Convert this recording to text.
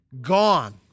Gone